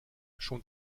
schon